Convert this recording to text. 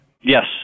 Yes